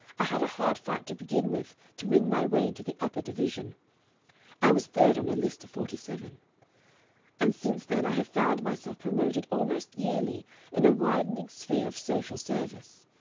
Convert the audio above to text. i had a hard fight to begin with to win my way into the upper division i was third on a list of forty-seven and since then i have found myself promoted almost yearly in a widening sphere of social service.